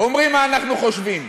אומרים מה אנחנו חושבים,